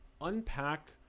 unpack